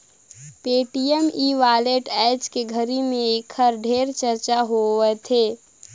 Paytm e wallet आयज के घरी मे ऐखर ढेरे चरचा होवथे